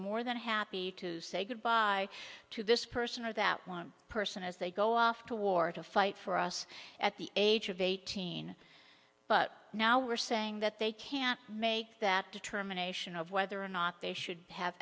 more than happy to say goodbye to this person or that one person as they go off to war to fight for us at the age of eighteen but now we're saying that they can't make that determination of whether or not they should have